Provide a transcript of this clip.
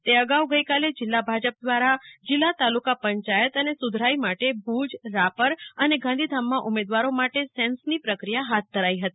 તે અગાઉ ગઈકાલે જિલ્લા ભાજપ દ્વારા જિલ્લા તાલુકા પંચાયત અને સુ ધરાઈ માટે ભુજ રાપર અને ગાંધીધામમાં ઉમેદવારો માટે સેન્સની પ્રક્રિયા હાથ ધરાઈ હતી